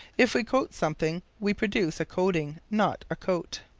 if we coat something we produce a coating, not a coat.